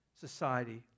society